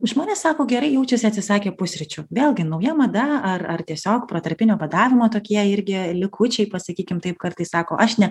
žmonės sako gerai jaučiasi atsisakę pusryčių vėlgi nauja mada ar ar tiesiog protarpinio badavimo tokie irgi likučiai pasakykim taip kartais sako aš ne